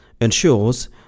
ensures